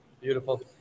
Beautiful